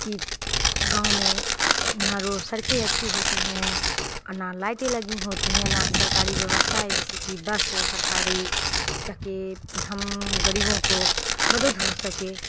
کہ گاؤں میں نہ روڈ سڑکیں اچھی ہوتی ہیں اور نہ لائٹیں لگیں ہوتی ہیں نہ سرکاری ویوستھا ہے جیسے کہ بس ہو سرکاری تاکہ ہم غریبوں کو مدد ہو سکے